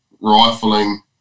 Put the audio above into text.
rifling